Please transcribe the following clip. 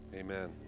Amen